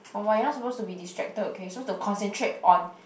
for what you're not supposed to be distracted okay so to concentrate on